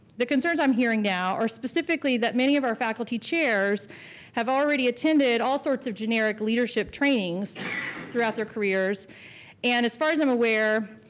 the concerns i'm hearing now are specifically that many of our faculty chairs have already attended all sorts of generic leadership trainings throughout their careers and as far as i'm aware,